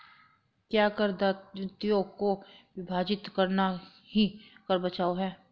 क्या कर दायित्वों को विभाजित करना ही कर बचाव है?